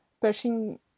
pushing